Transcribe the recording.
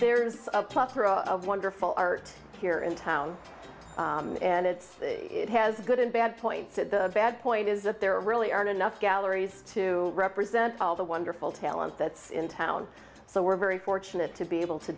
there is a wonderful art here in town and it's it has good and bad points and the bad point is that there really aren't enough galleries to represent all the wonderful talent that's in town so we're very fortunate to be able to